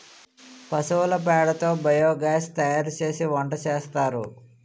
పశువుల పేడ తో బియోగాస్ తయారుసేసి వంటసేస్తారు